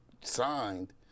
signed